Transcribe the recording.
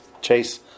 Chase